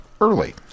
early